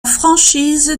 franchise